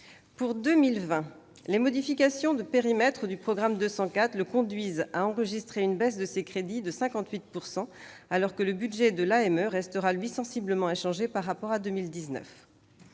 Pour 2020, les modifications de périmètre du programme 204 le conduisent à enregistrer une baisse de ses crédits de 58 %, alors que le budget de l'AME restera lui sensiblement inchangé par rapport à 2019.